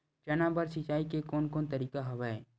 चना बर सिंचाई के कोन कोन तरीका हवय?